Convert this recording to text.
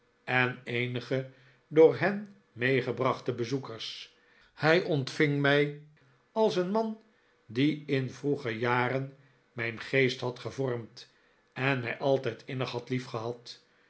en eenige door hen meegebrachte bezoekers hij ontving mij als een man die in vroeger jaren mijn geest had gevormd en mij altijd innig had